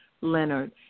Leonard